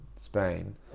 Spain